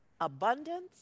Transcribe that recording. abundance